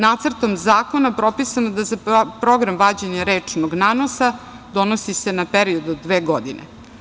Nacrtom zakona je propisano da se program vađenja rečnog nanosa donosi na period od dve godine.